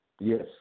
Yes